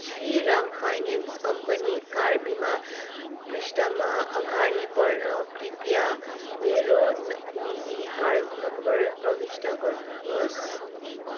Shriram finance company car बिमा पृष्ठमा अगाडि बढ्न कृपया मेरो निजी कार नम्बर प्रविष्ट गर्नुहोस्